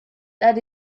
that